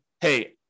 hey